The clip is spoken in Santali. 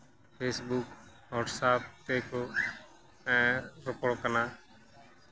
ᱯᱷᱮᱥᱵᱩᱠ ᱦᱳᱣᱟᱴᱥᱮᱯ ᱛᱮᱠᱚ ᱨᱚᱯᱚᱲ ᱠᱟᱱᱟ